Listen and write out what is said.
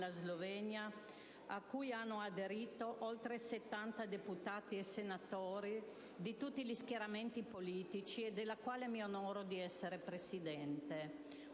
Slovenia, a cui hanno aderito oltre 70 deputati e senatori di tutti gli schieramenti politici e della quale mi onoro di essere Presidente.